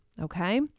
Okay